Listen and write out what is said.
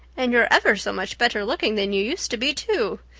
and you're ever so much better looking than you used to be, too.